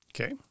Okay